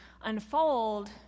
unfold